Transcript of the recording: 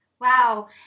Wow